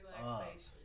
relaxation